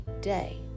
day